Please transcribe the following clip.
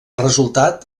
resultat